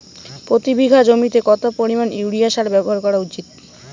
প্রতি বিঘা জমিতে কত পরিমাণ ইউরিয়া সার ব্যবহার করা উচিৎ?